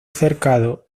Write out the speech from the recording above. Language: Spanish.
cercado